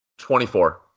24